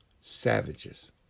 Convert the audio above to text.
Savages